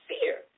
fear